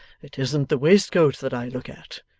it isn't the waistcoat that i look at.